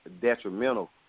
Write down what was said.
detrimental